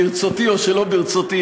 ברצותי או שלא ברצותי,